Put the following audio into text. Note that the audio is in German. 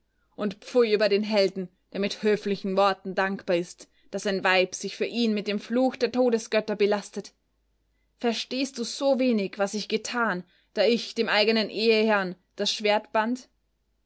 und pfui über den helden der mit höflichen worten dankbar ist daß ein weib sich für ihn mit dem fluch der todesgötter belastet verstehst du so wenig was ich getan da ich dem eigenen eheherrn das schwert band